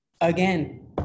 again